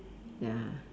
ya